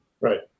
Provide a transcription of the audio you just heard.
Right